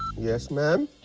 yes ma'am.